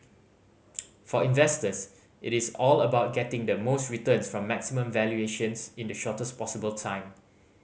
for investors it is all about getting the most returns from maximum valuations in the shortest possible time